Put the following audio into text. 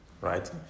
right